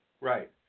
Right